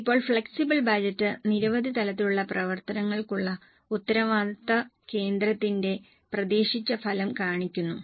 ഇപ്പോൾ flexible budget നിരവധി തലത്തിലുള്ള പ്രവർത്തനങ്ങൾക്കുള്ള ഉത്തരവാദിത്ത കേന്ദ്രത്തിന്റെ പ്രതീക്ഷിച്ച ഫലം കാണിക്കുന്നു